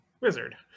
Wizard